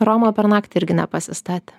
roma per naktį irgi nepasistatė